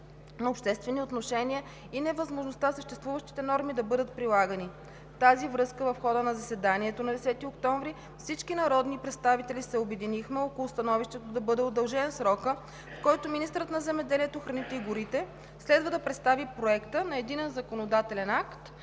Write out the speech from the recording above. на обществени отношения и невъзможността съществуващите норми да бъдат прилагани. В тази връзка в хода на заседанието на 10 октомври всички народни представители се обединихме около становището да бъде удължен срокът, в който министърът на земеделието, храните и горите следва да представи проекта на единен законодателен акт,